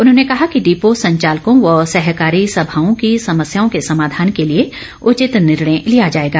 उन्होंने कहा कि डिपो संचालकों व सहकारी सभाओं की समस्याओं के समाधान के लिए उचित निर्णय लिया जाएगा